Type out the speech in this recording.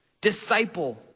Disciple